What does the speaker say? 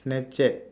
Snapchat